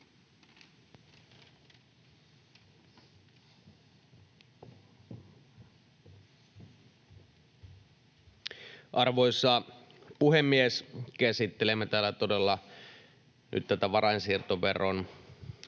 Arvoisa puhemies! Käsittelemme täällä todella nyt tätä varainsiirtoveron